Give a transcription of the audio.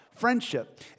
friendship